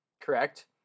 Correct